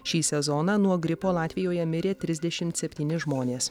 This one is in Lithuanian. šį sezoną nuo gripo latvijoje mirė trisdešimt septyni žmonės